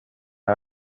aho